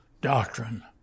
doctrine